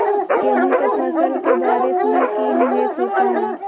गेंहू के फ़सल के बारिस में की निवेस होता है?